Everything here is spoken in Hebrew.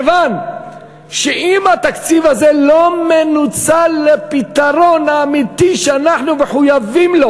מכיוון שאם התקציב הזה לא מנוצל לפתרון האמיתי שאנחנו מחויבים לו,